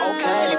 Okay